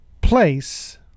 place